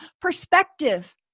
Perspective